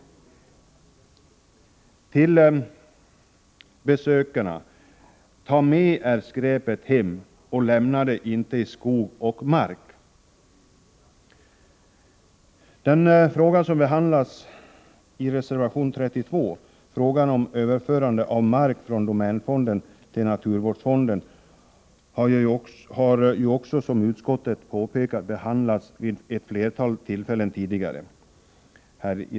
Låt oss säga till besökarna: Tag med er skräpet hem. Lämna det inte i skog och mark. Den fråga som behandlas i reservation 32, frågan om överförande av mark från domänfonden till naturvårdsfonden, har också — såsom utskottet påpekat — behandlats i riksdagen vid ett flertal tillfällen tidigare.